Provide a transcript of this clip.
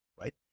right